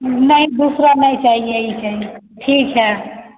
नहीं दूसरा नहीं चाहिए यही चाहिए ठीक है